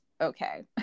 okay